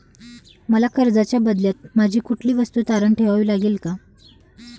मला कर्जाच्या बदल्यात माझी कुठली वस्तू तारण ठेवावी लागेल का?